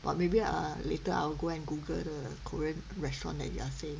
but maybe ah later I'll go and Google the korean restaurant that you are saying